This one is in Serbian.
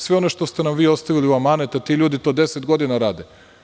Sve ono što ste nam vi ostavili u amanet, a ti ljudi to 10 godina rade.